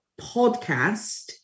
podcast